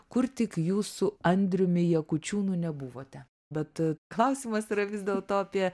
kur tik jūs su andriumi jakučiūnu nebuvote bet klausimas yra vis dėlto apie